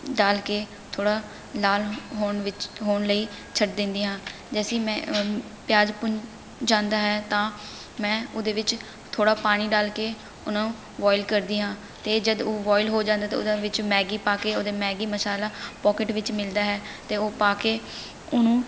ਡਾਲ ਕੇ ਥੋੜ੍ਹਾ ਲਾਲ ਹੋਣ ਵਿੱਚ ਹੋਣ ਲਈ ਛੱਡ ਦਿੰਦੀ ਹਾਂ ਜੇਸੇ ਹੀ ਮੈਂ ਪਿਆਜ਼ ਭੁੰਨ ਜਾਂਦਾ ਹੈ ਤਾਂ ਮੈਂ ਉਹਦੇ ਵਿੱਚ ਥੋੜ੍ਹਾ ਪਾਣੀ ਡਾਲ ਕੇ ਉਹਨੂੰ ਵੋਇਲ ਕਰਦੀ ਹਾਂ ਅਤੇ ਜਦ ਉਹ ਵੋਇਲ ਹੋ ਜਾਂਦਾ ਤਾਂ ਉਹਦਾ ਵਿੱਚ ਮੈਗੀ ਪਾ ਕੇ ਉਹਦੇ ਮੈਗੀ ਮਸਾਲਾ ਪੋਕਿਟ ਵਿੱਚ ਮਿਲਦਾ ਹੈ ਅਤੇ ਉਹ ਪਾ ਕੇ ਉਹਨੂੰ